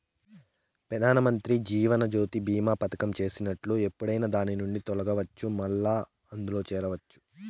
పెదానమంత్రి జీవనజ్యోతి బీమా పదకం చేసినట్లు ఎప్పుడైనా దాన్నిండి తొలగచ్చు, మల్లా అందుల చేరచ్చు